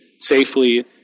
safely